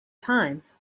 times